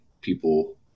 people